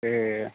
ए